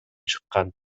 чыккан